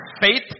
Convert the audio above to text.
faith